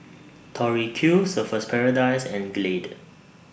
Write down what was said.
Tori Q Surfer's Paradise and Glade